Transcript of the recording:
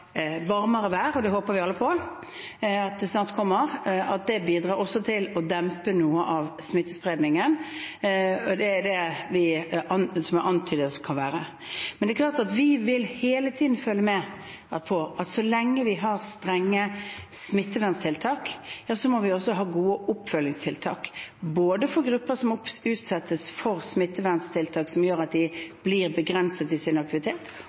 varmere vær – og det håper vi alle på at snart kommer – til å dempe noe av smittespredningen, det er antydet at det kan være slik. Men det er klart at vi hele tiden vil følge med på at så lenge vi har strenge smitteverntiltak, må vi også ha gode oppfølgingstiltak, både for grupper som utsettes for smitteverntiltak som gjør at de blir begrenset i sin aktivitet,